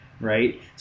right